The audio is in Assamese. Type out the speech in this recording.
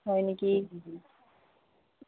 হয় নেকি